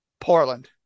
Portland